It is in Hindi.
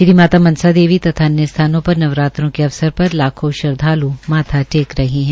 श्री माता मनसा देवी तथा अन्य स्थानों पर नवरात्रों के अवसर पर लाखों श्रद्वाल् माथा टेक रहे है